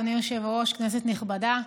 אדוני היושב-ראש, כנסת נכבדה,